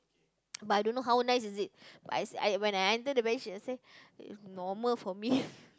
but I don't know how nice is it but I see when I enter the beach I say normal for me